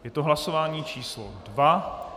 Je to hlasování číslo 2.